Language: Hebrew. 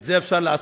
את זה אפשר לעשות,